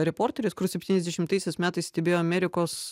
reporteris kuris septyniasdešimtaisiais metais stebėjo amerikos